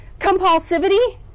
compulsivity